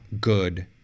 good